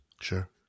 sure